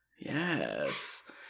Yes